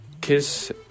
Kiss